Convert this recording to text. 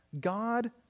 God